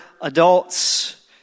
adults